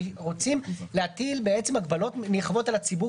רוצים להטיל הגבלות נרחבות על הציבור